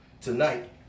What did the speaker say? tonight